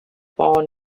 born